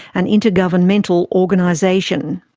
an intergovernmental organisation.